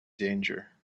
danger